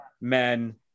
men